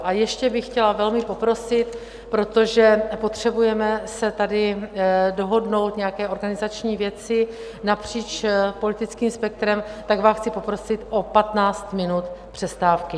A ještě bych chtěla velmi poprosit, protože potřebujeme si tady dohodnout nějaké organizační věci napříč politickým spektrem, tak vás chci poprosit o 15 minut přestávky.